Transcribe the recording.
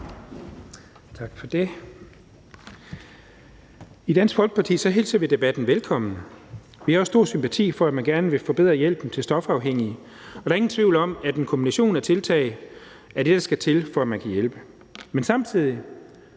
I Dansk Folkeparti hilser vi debatten velkommen. Vi har også stor sympati for, at man gerne vil forbedre hjælpen til stofafhængige. Der er ingen tvivl om, at en kombination af tiltag er det, der skal til, for at man kan hjælpe. Men samtidig